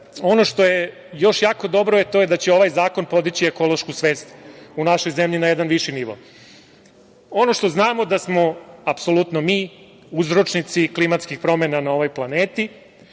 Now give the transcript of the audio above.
ono što je još jako dobro, to je da će ovaj zakon podići ekološku svest u našoj zemlji na jedan viši nivo. Ono što znamo je da smo apsolutno mi uzročnici klimatskih promena na ovoj planeti.